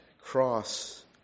cross